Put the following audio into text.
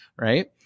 right